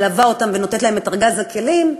מלווה אותם ונותנת להם את ארגז הכלים,